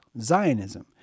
Zionism